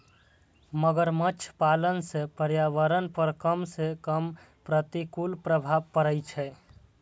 मगरमच्छ पालन सं पर्यावरण पर कम सं कम प्रतिकूल प्रभाव पड़ै छै